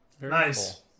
Nice